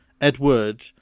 Edward